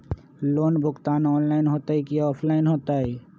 Loan भुगतान online होतई कि ऑफलाइन होतई?